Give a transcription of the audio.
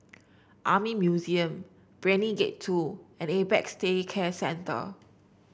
Army Museum Brani Gate Two and Apex Day Care Center